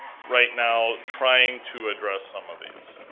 right now, trying to address some of these?